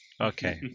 okay